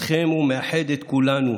אתכם ומאחד את כולנו